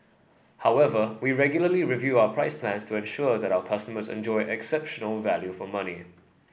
however we regularly review our price plans to ensure that our customers enjoy exceptional value for money